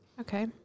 Okay